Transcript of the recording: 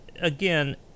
again